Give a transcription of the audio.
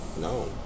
No